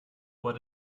what